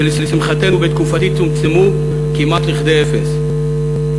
שלשמחתנו בתקופתי צומצמו כמעט לכדי אפס.